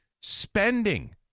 spending